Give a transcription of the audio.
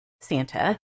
Santa